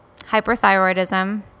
hyperthyroidism